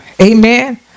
Amen